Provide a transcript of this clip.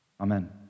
Amen